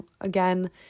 again